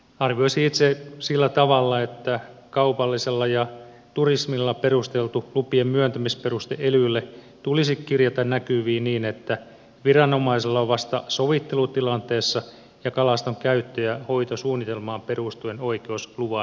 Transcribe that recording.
arvioisin itse sillä tavalla että kaupallisella ja turismilla perusteltu lupien myöntämisperuste elyille tulisi kirjata näkyviin niin että viranomaisella on vasta sovittelutilanteessa ja kalaston käyttö ja hoitosuunnitelmaan perustuen oikeus luvan myöntämiseen